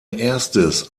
erstes